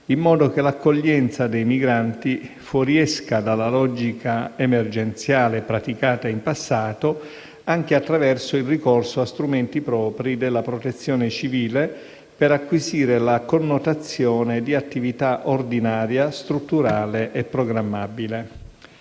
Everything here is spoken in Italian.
in modo che l'accoglienza dei migranti fuoriesca dalla logica emergenziale praticata in passato, anche attraverso il ricorso a strumenti propri della Protezione civile, per acquisire la connotazione di attività ordinaria, strutturale e programmabile.